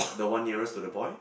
the one nearest to the boy